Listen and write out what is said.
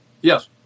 Yes